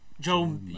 Joe